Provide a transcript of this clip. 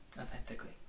authentically